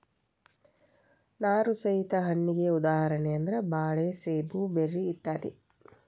ನಾರು ಸಹಿತ ಹಣ್ಣಿಗೆ ಉದಾಹರಣೆ ಅಂದ್ರ ಬಾಳೆ ಸೇಬು ಬೆರ್ರಿ ಇತ್ಯಾದಿ